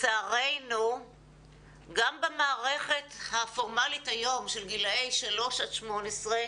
לצערנו גם במערכת הפורמלית היום של גילי שלוש עד 18,